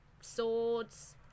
swords